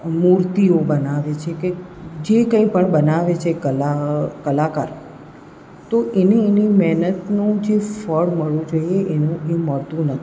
મૂર્તિઓ બનાવે છે કે જે કંઈ પણ બનાવે છે કલા કલાકાર તો એને એની મહેનતનું જે ફળ મળવું જોઈએ એનું એ મળતું નથી